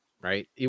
right